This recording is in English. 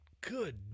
good